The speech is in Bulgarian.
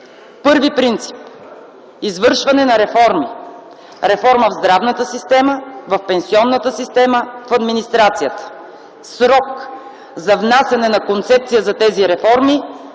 Първи принцип – извършване на реформи: реформа в здравната система, в пенсионната система, в администрацията. Срок за внасяне на концепция за тези реформи –